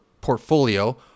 portfolio